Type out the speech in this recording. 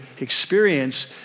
experience